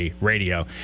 radio